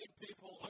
people